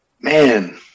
man